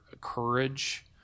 courage